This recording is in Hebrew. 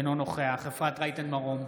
אינו נוכח אפרת רייטן מרום,